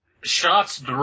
shots